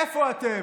איפה אתם?